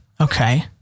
Okay